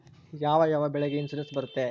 ಯಾವ ಯಾವ ಬೆಳೆಗೆ ಇನ್ಸುರೆನ್ಸ್ ಬರುತ್ತೆ?